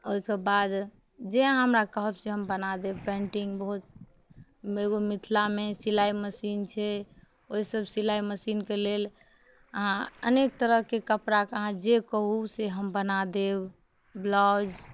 ओहिके बाद जे अहाँ हमरा कहब से हम बना देब पेन्टिंग बहुत एगो मिथिलामे सिलाइ मशीन छै ओहिसब सिलाइ मशीनके लेल अहाँ अनेक तरहके कपड़ाके अहाँ जे कहू से हम बना देब ब्लाउज